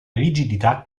rigidità